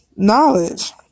knowledge